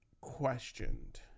questioned